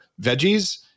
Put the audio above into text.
veggies